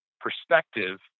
perspective